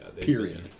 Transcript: Period